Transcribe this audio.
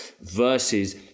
versus